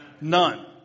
None